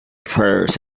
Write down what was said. prayers